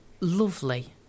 lovely